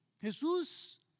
Jesús